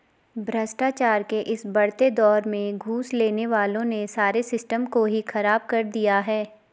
भ्रष्टाचार के इस बढ़ते दौर में घूस लेने वालों ने सारे सिस्टम को ही खराब कर दिया है